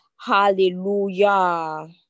Hallelujah